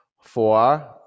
four